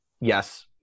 yes